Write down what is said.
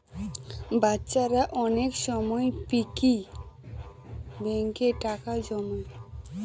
বাচ্চারা অনেক সময় পিগি ব্যাঙ্কে টাকা জমায়